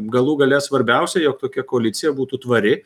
galų gale svarbiausia jog tokia koalicija būtų tvari